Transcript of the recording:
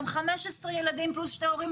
גם 15 ילדים פלוס שני הורים.